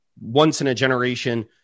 once-in-a-generation